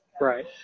Right